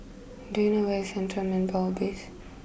do you know where is Central Manpower base